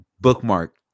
bookmark